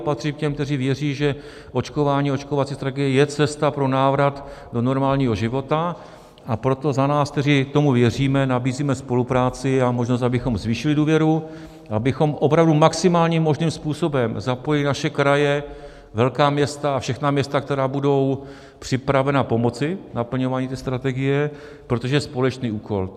Patřím k těm, kteří věří, že očkování, očkovací strategie je cesta pro návrat do normálního života, a proto za nás, kteří tomu věříme, nabízíme spolupráci a možnost, abychom zvýšili důvěru, abychom opravdu maximálním možným způsobem zapojili naše kraje, velká města a všechna města, která budou připravena pomoci k naplňování té strategie, protože to je společný úkol.